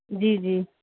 जी जी